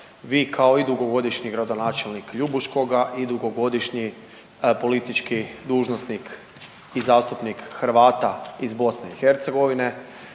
vi kao i dugogodišnji gradonačelnik Ljubuškoga i dugogodišnji politički dužnosnik i zastupnik Hrvata iz BiH